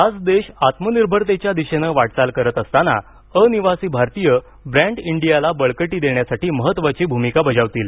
आज देश आत्मनिर्भरतेच्या दिशेने वाटचाल करत असताना अनिवासी भारतीय ब्रँड इंडियाला बळकटी देण्यासाठी महत्त्वाची भूमिका बजावतील